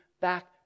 back